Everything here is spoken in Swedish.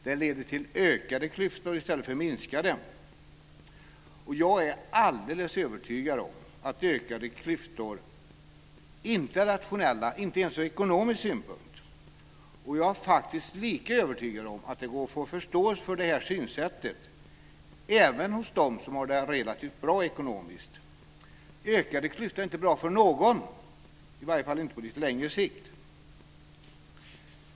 Det leder till ökade klyftor i stället för minskade. Jag är alldeles övertygad om att ökade klyftor inte är rationella ens ur ekonomisk synpunkt, och jag är faktiskt lika övertygad om att det går att få förståelse för detta synsätt även hos dem som har det relativt bra ekonomiskt. Ökade klyftor är inte bra för någon, i varje fall inte på lite längre sikt.